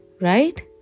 right